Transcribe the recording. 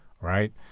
right